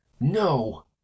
No